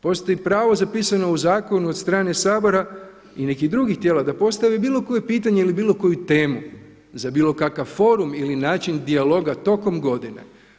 Postoji pravo zapisano u zakonu od strane Sabora i nekih drugih tijela da postavi bilo koje pitanje ili bilo koju temu za bilo koji forum ili način dijaloga tokom godine.